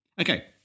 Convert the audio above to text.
Okay